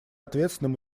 ответственным